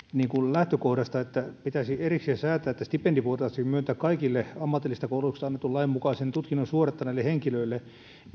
lähtökohdasta että pitäisi erikseen säätää että stipendi voitaisiin myöntää kaikille ammatillisesta koulutuksesta annetun lain mukaisen tutkinnon suorittaneille henkilöille